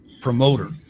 promoter